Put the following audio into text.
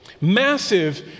Massive